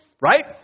right